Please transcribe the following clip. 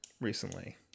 recently